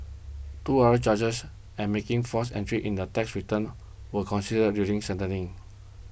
two other charges and making false entries in the tax returns were considered during sentencing